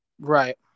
right